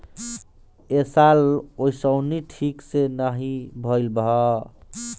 ए साल ओंसउनी ठीक से नाइ भइल हअ